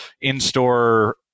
in-store